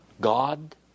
God